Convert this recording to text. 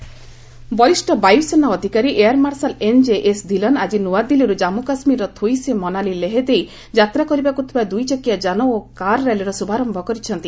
car rally ବରିଷ୍ଣ ବାୟୁ ସେନା ଅଧିକାରୀ ଏୟାର ମାର୍ଶାଲ ଏନଜେଏସ ଧିଲନ୍ ଆକି ନୂଆଦିଲ୍ଲୀରୁ ଜାମ୍ମୁ କାଶ୍ମୀରରର ଥୋଇସେ ମନାଲି ଲେହ ଦେଇ ଯାତ୍ରା କରିବାକୁ ଥିବା ଦୁଇ ଚକିଆ ଯାନ ଓ କାର ର୍ୟାଲିର ଶୁଭାରମ୍ଭ କରିଛନ୍ତି